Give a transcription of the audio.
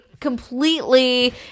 completely